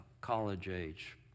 college-age